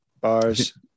Bars